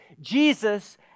Jesus